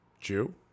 Jew